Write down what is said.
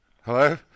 Hello